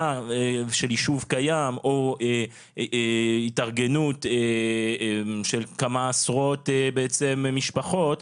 של יישוב קיים או התארגנות של כמה עשרות משפחות.